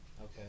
okay